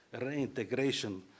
reintegration